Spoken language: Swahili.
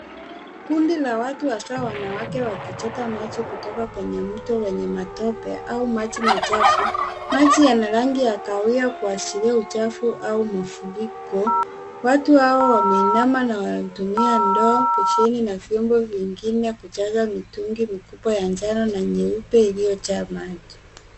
Kundi la watu hasa wanawake wakichota maji kutoka kwenye mto wenye matope, au maji machafu. Maji yana rangi ya kahawia kuashiria uchafu, au marufiko, watu hawa wameinama na wanatumia ndoo, besheni, na vyombo vingine kujaza mitungi mikubwa ya njano na nyeupe iliyojaa maji.